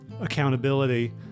accountability